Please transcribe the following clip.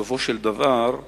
בסופו של דבר,